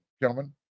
gentlemen